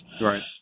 Right